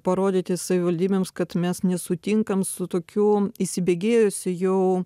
parodyti savivaldybėms kad mes nesutinkam su tokiu įsibėgėjusiu jau